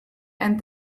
and